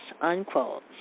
unquote